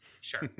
sure